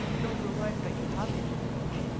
you don't realize that you have issues going on.